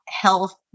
health